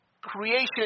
creation